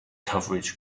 coverage